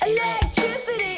Electricity